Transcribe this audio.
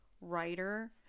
writer